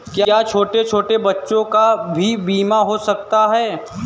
क्या छोटे छोटे बच्चों का भी बीमा हो सकता है?